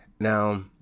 Now